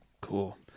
Cool